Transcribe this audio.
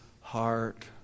heart